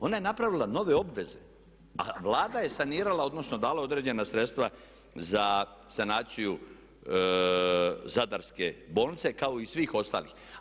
Ona je napravila nove obveze a Vlada je sanirala, odnosno dala je određena sredstva za sanaciju Zadarske bolnice kao i svih ostalih.